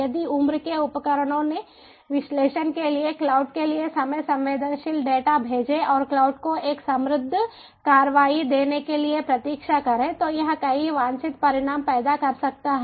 यदि उम्र के उपकरणों ने विश्लेषण के लिए क्लाउड के लिए समय संवेदनशील डेटा भेजे और क्लाउड को एक समृद्ध कार्रवाई देने के लिए प्रतीक्षा करें तो यह कई वांछित परिणाम पैदा कर सकता है